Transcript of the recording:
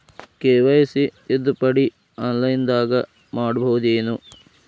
KYC ತಿದ್ದುಪಡಿ ಆನ್ಲೈನದಾಗ್ ಮಾಡ್ಬಹುದೇನು?